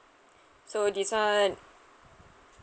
so this [one]